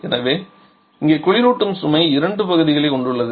எனவே இங்கே குளிரூட்டும் சுமை இரண்டு பகுதிகளைக் கொண்டுள்ளது